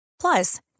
Plus